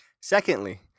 Secondly